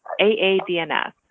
AADNS